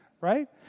right